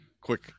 quick